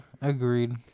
agreed